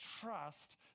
trust